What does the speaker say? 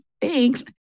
thanks